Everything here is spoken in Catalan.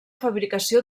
fabricació